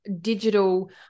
digital